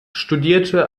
studierte